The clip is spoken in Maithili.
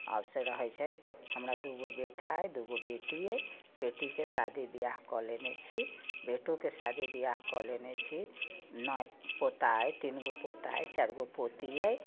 आब से रहैत छथि हमरा दू गो बेटा अइ दू गो बेटी अइ बेटीके शादी बिआह कऽ लेने छी बेटो के शादी बिआह कऽ लेने छी नाति पोता अइ तीन गो पोता अइ चारि गो पोती अइ